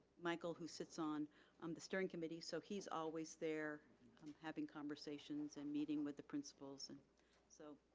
michael, who sits on um the steering committee so he's always there um having conversations and meeting with the principals. and so,